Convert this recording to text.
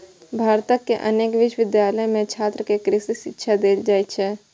भारतक अनेक विश्वविद्यालय मे छात्र कें कृषि शिक्षा देल जाइ छै